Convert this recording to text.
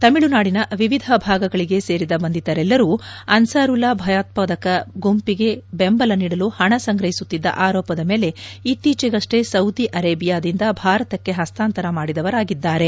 ತಮಿಳುನಾಡಿನ ವಿವಿಧ ಭಾಗಗಳಿಗೆ ಸೇರಿದ ಬಂಧಿತರೆಲ್ಲರೂ ಅನ್ಸಾರುಲ್ಲಾ ಭಯೋತ್ವಾದಕ ಗುಂಪಿಗೆ ಬೆಂಬಲ ನೀಡಲು ಹಣ ಸಂಗ್ರಹಿಸುತ್ತಿದ್ದ ಆರೋಪದ ಮೇಲೆ ಇತ್ತೀಚೆಗಷ್ಲೇ ಸೌದಿ ಅರೇಬಿಯಾದಿಂದ ಭಾರತಕ್ಕೆ ಹಸ್ತಾಂತರ ಮಾಡಿದವರಾಗಿದ್ದಾರೆ